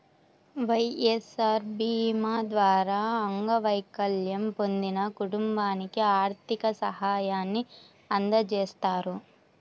వైఎస్ఆర్ భీమా ద్వారా అంగవైకల్యం పొందిన కుటుంబానికి ఆర్థిక సాయాన్ని అందజేస్తారు